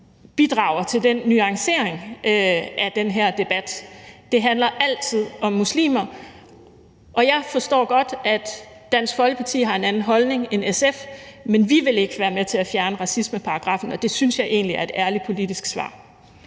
bidrager til den nuancering af den her debat. Det handler altid om muslimer. Jeg forstår godt, at Dansk Folkeparti har en anden holdning end SF, men vi vil ikke være med til at fjerne racismeparagraffen, og det synes jeg egentlig er et ærligt politisk svar.